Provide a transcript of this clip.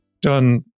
done